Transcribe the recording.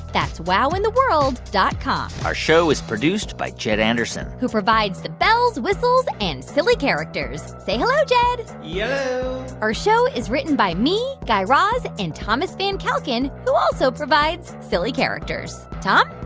that's wowintheworld dot com our show is produced by jed anderson who provides the bells, whistles and silly characters. say hello, jed yello yeah our show is written by me, guy raz and thomas van kalken, who also provides silly characters. tom?